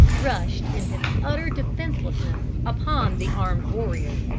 rushed, in his utter defencelessness, upon the armed warrior.